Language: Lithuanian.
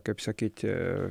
kaip sakyti